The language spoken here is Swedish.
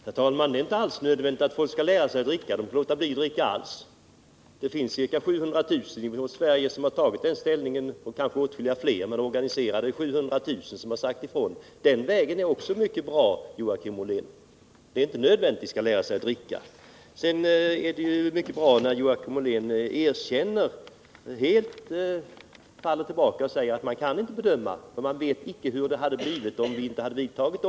Herr talman! Det är inte alls nödvändigt att människor skall lära sig att dricka. De skall låta bli att dricka över huvud taget. Det finns ca 700 000 personer i Sverige som intagit den ståndpunkten. Det är kanske åtskilligt fler, men antalet organiserade uppgår till 700 000. Också den vägen är mycket bra, Joakim Ollén. Det är vidare mycket bra när Joakim Ollén helt faller undan och erkänner att man inte kan bedöma hur det hade blivit om de genomförda åtgärderna inte hade vidtagits.